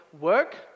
work